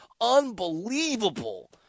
Unbelievable